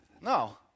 No